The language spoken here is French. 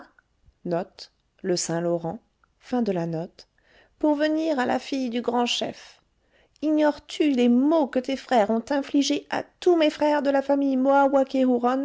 pour venir à la fille du grand chef ignores-tu les maux que tes frères ont infligés à tous mes frères de la famille